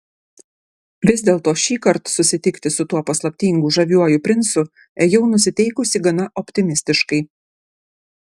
vis dėlto šįkart susitikti su tuo paslaptingu žaviuoju princu ėjau nusiteikusi gana optimistiškai